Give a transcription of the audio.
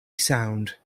sound